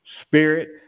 spirit